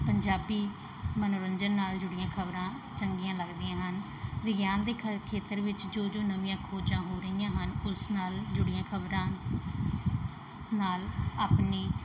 ਪੰਜਾਬੀ ਮਨੋਰੰਜਨ ਨਾਲ ਜੁੜੀਆਂ ਖਬਰਾਂ ਚੰਗੀਆਂ ਲੱਗਦੀਆਂ ਹਨ ਵਿਗਿਆਨ ਦੇ ਖ ਖੇਤਰ ਵਿੱਚ ਜੋ ਜੋ ਨਵੀਆਂ ਖੋਜਾਂ ਹੋ ਰਹੀਆਂ ਹਨ ਉਸ ਨਾਲ ਜੁੜੀਆਂ ਖਬਰਾਂ ਨਾਲ ਆਪਣੀ